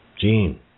Gene